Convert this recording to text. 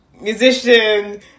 musician